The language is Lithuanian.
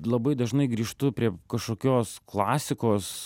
labai dažnai grįžtu prie kažkokios klasikos